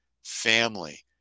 family